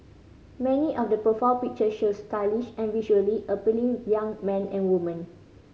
many of the profile pictures show stylish and visually appealing young men and women